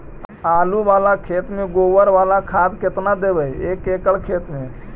आलु बाला खेत मे गोबर बाला खाद केतना देबै एक एकड़ खेत में?